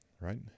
right